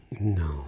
No